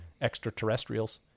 extraterrestrials